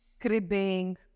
cribbing